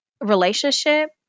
relationship